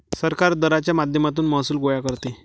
सरकार दराच्या माध्यमातून महसूल गोळा करते